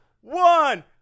one